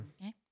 Okay